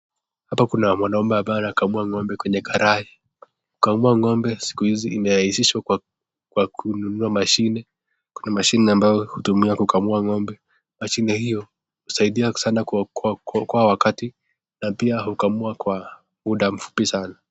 Hapa Kuna mwanaume ambaye anakamua ngombe kwenye karai kukamua ngombe siku hizi imerahisishwa Kwa kununua mashini Kuna mashini ambayo hutumiwa kukamua ngombe mashini hiyo usaidia sana kuwaokoa wakati pia kukamua muda mfupi sana.